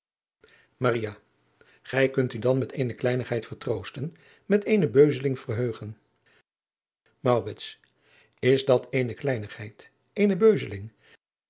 gij kunt u dan met eene kleinigheid vertroosten met eene beuzeling verheugen maurits is dat eene kleinigheid eene beuzeling